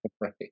Right